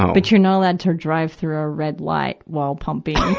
um but you're not allowed to drive through a red light while pumping.